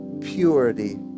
purity